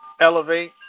Elevate